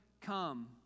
come